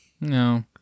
No